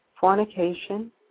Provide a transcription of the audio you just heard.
Fornication